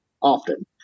often